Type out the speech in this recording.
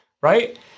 Right